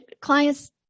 clients